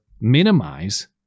minimize